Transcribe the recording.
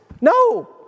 No